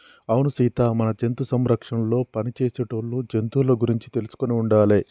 అవును సీత మన జంతు సంరక్షణలో పని చేసేటోళ్ళు జంతువుల గురించి తెలుసుకొని ఉండాలి